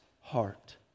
heart